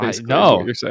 No